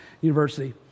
university